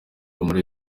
muri